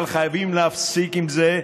אבל חייבים להפסיק עם זה.